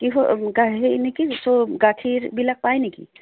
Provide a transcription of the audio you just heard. কি হয় গাখীৰবিলাক পায় নেকি